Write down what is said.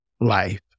life